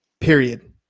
period